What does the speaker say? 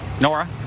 Nora